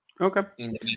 Okay